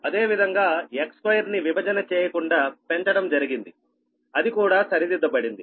అదేవిధంగా x2 ని విభజన చేయకుండా పెంచడం జరిగిందిఅది కూడా సరిదిద్దబడింది